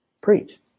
preach